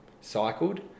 cycled